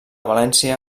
valència